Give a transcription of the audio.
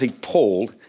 Paul